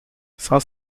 sans